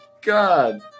God